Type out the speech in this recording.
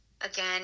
again